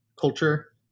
culture